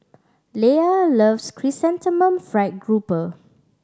Leia loves Chrysanthemum Fried Grouper